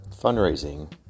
fundraising